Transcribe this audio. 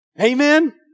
Amen